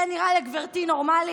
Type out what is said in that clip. זה נראה לגברתי נורמלי?